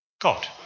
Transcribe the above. God